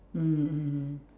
mm mm